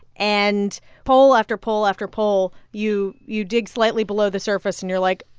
and poll after poll after poll you you dig slightly below the surface. and you're like,